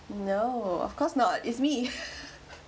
no of course not it's me